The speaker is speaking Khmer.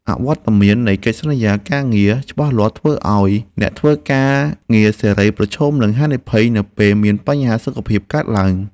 អវត្តមាននៃកិច្ចសន្យាការងារច្បាស់លាស់ធ្វើឱ្យអ្នកធ្វើការងារសេរីប្រឈមនឹងហានិភ័យនៅពេលមានបញ្ហាសុខភាពកើតឡើង។